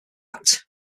act